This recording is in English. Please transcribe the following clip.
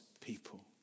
people